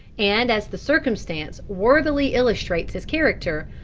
and as the circumstance worthily illustrates his character,